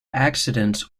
accidents